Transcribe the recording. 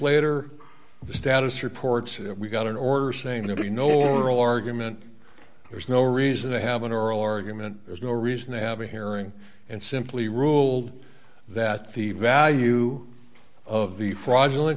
later the status reports we got an order saying there were no oral argument there's no reason to have an oral argument there's no reason to have a hearing and simply ruled that the value of the fraudulent